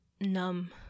numb